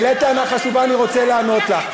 העלית טענה חשובה, אני רוצה לענות לך.